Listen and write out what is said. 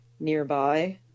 nearby